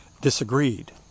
disagreed